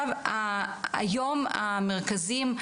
היום במרכזים,